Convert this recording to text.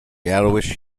yellowish